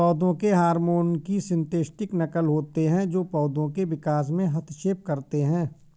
पौधों के हार्मोन की सिंथेटिक नक़ल होते है जो पोधो के विकास में हस्तक्षेप करते है